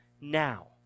now